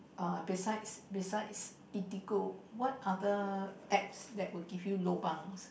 uh besides besides eatigo go what other apps would give you lobang